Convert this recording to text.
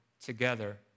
together